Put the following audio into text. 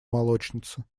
молочница